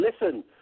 listen